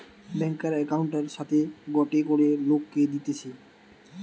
ব্যাংকার একউন্টের সাথে গটে করে লোককে দিতেছে